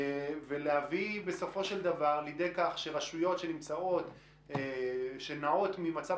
להביא לידי כך שרשויות שנעות ממצב